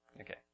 Okay